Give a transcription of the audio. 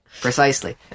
Precisely